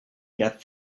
get